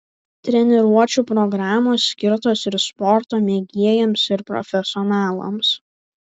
treniruočių programos skirtos ir sporto mėgėjams ir profesionalams